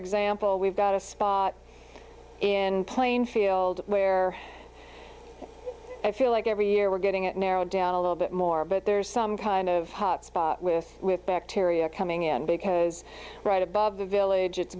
example we've got a spot in plainfield where i feel like every year we're getting it narrowed down a little bit more but there's some kind of hot spot with with bacteria coming in because right above the village it's